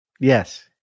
Yes